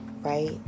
right